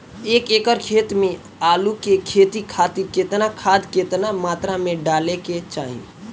एक एकड़ खेत मे आलू के खेती खातिर केतना खाद केतना मात्रा मे डाले के चाही?